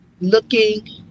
looking